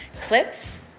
clips